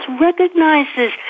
recognizes